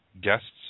Guests